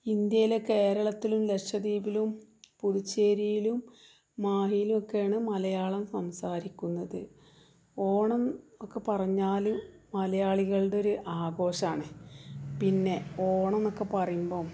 ഇന്ത്യയിലെ കേരളത്തിലും ലക്ഷദീപിലും പുതുച്ചേരിയിലും മാഹിയിലുമൊക്കെയാണ് മലയാളം സംസാരിക്കുന്നത് ഓണം ഒക്കെ പറഞ്ഞാല് മലയാളികളുടെ ഒരു ആഘോഷമാണ് പിന്നെ ഓണമെന്നൊക്കെ പറയുമ്പോള്